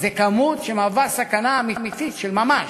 זו כמות שמהווה סכנה אמיתית, של ממש.